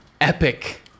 epic